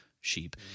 sheep